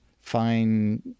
fine